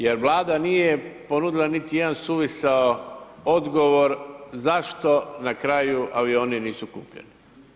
Jer Vlada nije ponudila niti jedan suvisao odgovor, zašto na kraju avioni nisu kupljeni.